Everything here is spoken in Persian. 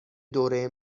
دوره